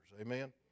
amen